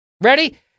Ready